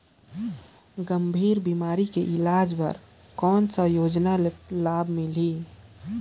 गंभीर बीमारी के इलाज बर कौन सा योजना ले लाभ मिलही?